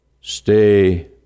Stay